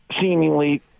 seemingly